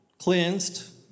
cleansed